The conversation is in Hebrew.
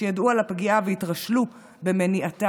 שידעו על הפגיעה והתרשלו במניעתה.